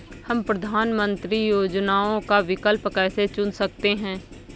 हम प्रधानमंत्री योजनाओं का विकल्प कैसे चुन सकते हैं?